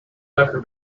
tucker